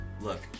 Look